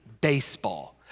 baseball